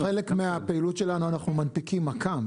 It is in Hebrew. חלק מהפעילות שלנו אנחנו מנפיקים מק"מ,